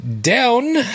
Down